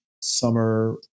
summer